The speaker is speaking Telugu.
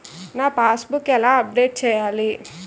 నా పాస్ బుక్ ఎలా అప్డేట్ చేయాలి?